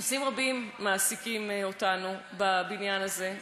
נושאים רבים מעסיקים אותנו בבניין הזה,